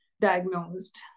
diagnosed